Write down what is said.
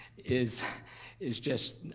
is is just,